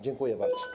Dziękuję bardzo.